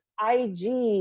IG